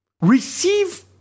receive